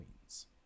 queens